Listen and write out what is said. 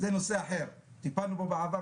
זה נושא אחר שטיפלנו בו בעבר.